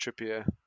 Trippier